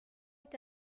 est